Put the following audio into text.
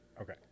Okay